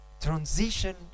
transition